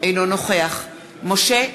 אינו נוכח משה גפני,